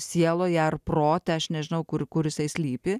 sieloje ar prote aš nežinau kur kur jisai slypi